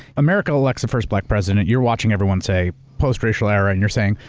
america elects the first black president. you're watching everyone say post-racial era. and you're saying,